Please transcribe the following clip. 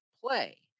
play